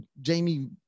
jamie